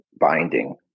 binding